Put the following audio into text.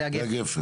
זה הגפן.